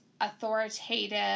authoritative